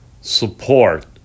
support